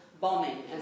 bombing